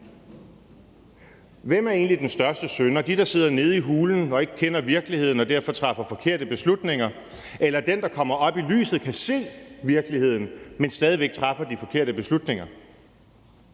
Hvem er egentlig den største synder – de, der sidder nede i huden og ikke kender virkeligheden og derfor træffer forkerte beslutninger, eller den, der kommer op i lyset og kan se virkeligheden, men stadig væk træffer de forkerte beslutninger?